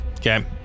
Okay